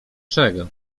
czego